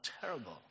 terrible